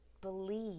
believe